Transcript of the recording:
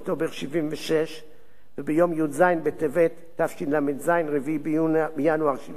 ובי"ז בטבת תשל"ז, 4 בינואר 1977. מה קרה?